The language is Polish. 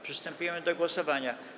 Przystępujemy do głosowania.